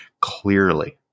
clearly